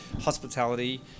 hospitality